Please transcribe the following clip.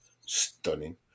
stunning